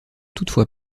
toutefois